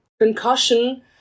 concussion